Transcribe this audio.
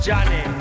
Johnny